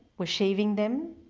were shaving them,